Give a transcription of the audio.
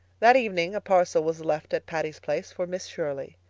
that evening a parcel was left at patty's place for miss shirley.